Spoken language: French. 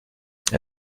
elle